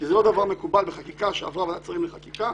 כי זה לא דבר מקובל בחקיקה שעברה ועדת שרים לענייני חקיקה,